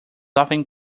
often